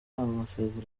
masezerano